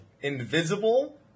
invisible